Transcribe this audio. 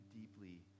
deeply